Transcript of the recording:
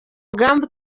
mugambi